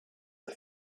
the